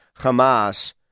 Hamas